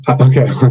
okay